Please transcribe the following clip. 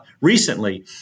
recently